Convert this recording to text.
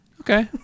Okay